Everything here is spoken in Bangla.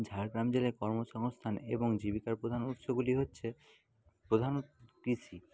ঝাড়গ্রাম জেলায় কর্মসংস্থান এবং জীবিকার প্রধান উৎসগুলি হচ্ছে প্রধান কৃষি